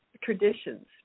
traditions